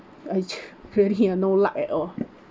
I really ah no luck at all